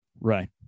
Right